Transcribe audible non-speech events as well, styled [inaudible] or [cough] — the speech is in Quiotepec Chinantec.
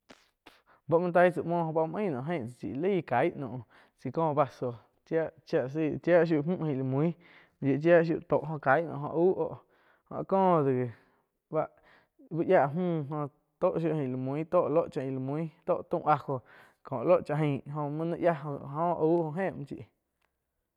[noise] báh muoh taih tsáh muoh báh muoh ain naum ein chí laih cai naum tsai có vaso chia yia la seih chiah shiu mü ain la mui mi yoih chía shiu tó caih naum auh oh jó áh ko do gi báh uh yáh mü jóh tóh shiu ain la mui tóh lo cháh ain la mui tóh taum ajo ko lo cha ain jo muoh naih yiah jo áh jo auh jo éh muo chí.